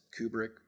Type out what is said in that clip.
Kubrick